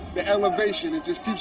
the elevation. it just keeps